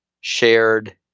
shared